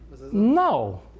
no